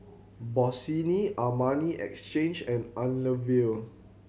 Bossini Armani Exchange and Unilever